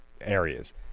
areas